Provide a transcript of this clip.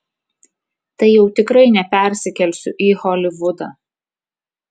tai jau tikrai nepersikelsiu į holivudą